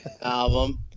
album